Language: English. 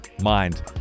mind